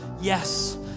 yes